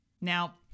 Now